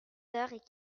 heures